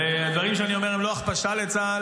הדברים שאני אומר הם לא הכפשה לצה"ל,